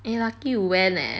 eh lucky you went eh